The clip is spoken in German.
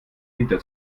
winter